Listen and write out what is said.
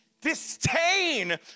disdain